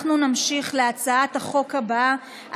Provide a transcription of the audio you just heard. אנחנו נמשיך להצעת החוק הבאה,